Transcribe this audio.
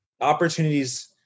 opportunities